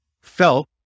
felt